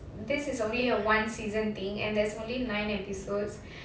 this is only a one season thing and there's only nine episodes